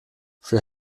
für